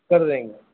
سر رہیں گا